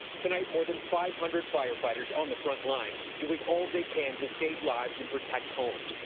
tonight more than five hundred firefighters on the front lines doing all they can to save lives and protect homes,